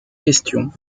question